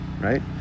right